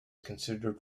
considered